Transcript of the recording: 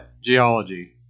Geology